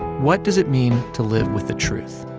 what does it mean to live with the truth?